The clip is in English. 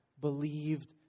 believed